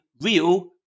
real